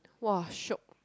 !wah! shiok